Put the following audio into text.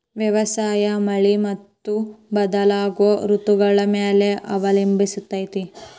ವ್ಯವಸಾಯ ಮಳಿ ಮತ್ತು ಬದಲಾಗೋ ಋತುಗಳ ಮ್ಯಾಲೆ ಅವಲಂಬಿಸೈತ್ರಿ